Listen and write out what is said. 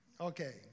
okay